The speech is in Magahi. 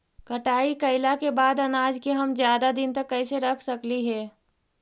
कटाई कैला के बाद अनाज के हम ज्यादा दिन तक कैसे रख सकली हे?